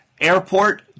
airport